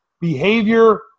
behavior